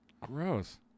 Gross